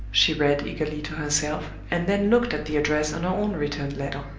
she read, eagerly to herself, and then looked at the address on her own returned letter.